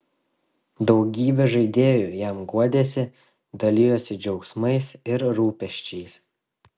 daugybė žaidėjų jam guodėsi dalijosi džiaugsmais ir rūpesčiais